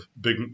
big